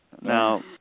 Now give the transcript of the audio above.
Now